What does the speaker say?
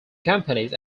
companies